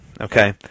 Okay